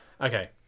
Okay